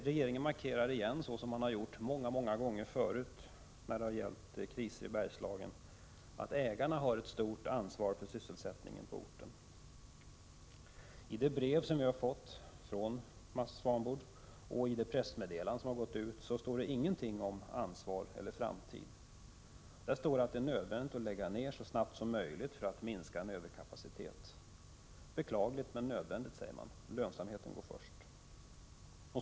Regeringen markerar återigen, såsom man har gjort så många gånger förut när det har gällt kriser i Bergslagen, att ägarna har ett stort ansvar för sysselsättningen på orten. Varken i det brev som vi har fått från Swanboard eller i det pressmeddelande som har gått ut står det något om ansvar eller framtid. Där står det att det är nödvändigt att lägga ned så snart som möjligt för att minska en överkapacitet. Man säger att det är beklagligt men nödvändigt. Lönsamheten går först.